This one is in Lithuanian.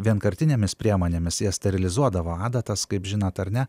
vienkartinėmis priemonėmis jas sterilizuodavo adatas kaip žinot ar ne